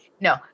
No